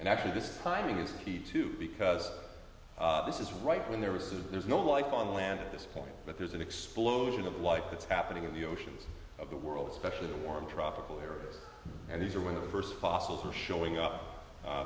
and actually this timing is key too because this is right when there are so there's no life on land at this point but there's an explosion of life that's happening in the oceans of the world especially the warm tropical air and these are one of the first fossils are showing up